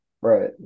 Right